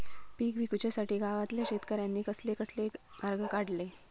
पीक विकुच्यासाठी गावातल्या शेतकऱ्यांनी कसले कसले मार्ग काढले?